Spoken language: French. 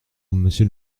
monsieur